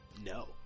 no